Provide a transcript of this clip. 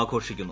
ആഘോഷിക്കുന്നു